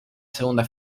segunda